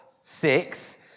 six